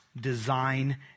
design